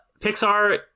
Pixar